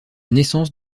naissance